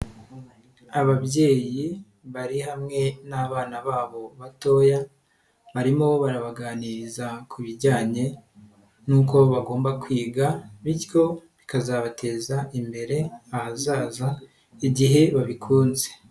Ababyeyi bari hamwe n'abana babo batoya, barimo barabaganiriza ku bijyanye n'uko bagomba kwiga, bityo bikazabateza imbere ahazaza, igihe babikunze.